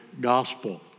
gospel